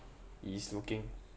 he is looking